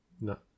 No